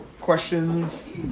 questions